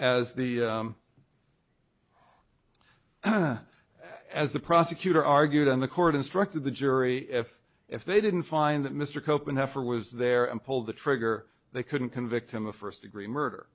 as the as the prosecutor argued on the court instructed the jury if if they didn't find that mr cope and half or was there and pull the trigger they couldn't convict him of first degree murder